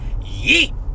Yeet